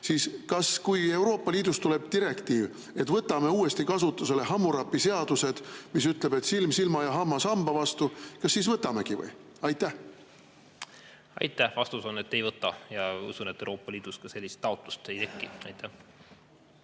siis, kui Euroopa Liidust tuleb direktiiv, et võtame uuesti kasutusele Hammurapi seadused, mis ütlevad, et silm silma ja hammas hamba vastu, me võtamegi või? Aitäh! Vastus on, et ei võta. Usun, et Euroopa Liidus sellist taotlust ka ei teki. Aitäh!